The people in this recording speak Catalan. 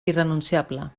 irrenunciable